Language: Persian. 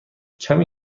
کمی